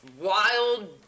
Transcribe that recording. wild